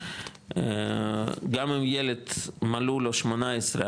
שגם אם ילד מלאו לו 18,